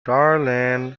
darling